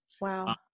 Wow